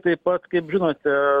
taip pat kaip žinote